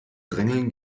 drängeln